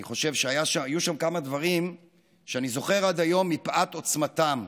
אני חושב שהיו שם כמה דברים שאני זוכר עד היום מפאת עוצמתם.